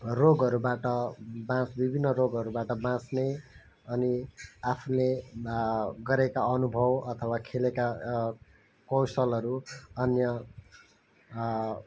रोगहरूबाट बाँच विभिन्न रोगहरूबाट बाँच्ने अनि आफूले गरेका अनुभव अथवा खेलेका कौसलहरू अन्य